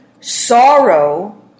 sorrow